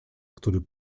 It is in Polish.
który